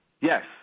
Yes